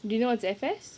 do you know what's F_S